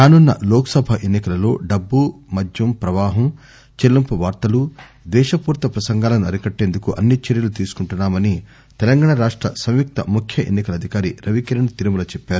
రానున్న లోక్సభ ఎన్నికలలో డబ్బు మద్యం ప్రవాహం చెల్లింపు వార్తలు ద్వేషపూరిత ప్రసంగాలను అరికట్టేందుకు అన్ని చర్చలు తీసుకుంటున్నా మని తెలంగాణ రాష్ట సంయుక్త ముఖ్య ఎన్ని కల అధికారి రవికిరణ్ తిరుమల చెప్పారు